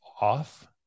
off